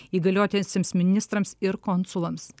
įgaliotiesiems ministrams ir konsulams